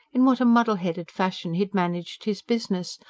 in what a muddle-headed fashion he had managed his business,